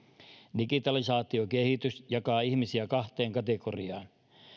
digitalisaatiokehitys jakaa ihmisiä kahteen kategoriaan